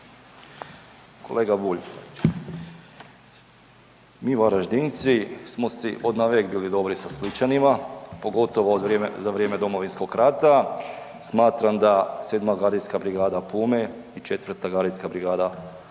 Kolega Bulj, mi Varaždinci smo si odnavek bili dobri sa Splićanima, pogotovo za vrijeme Domovinskog rata, smatram da VII. gardijska brigada Pume i IV. gardijska brigada pauci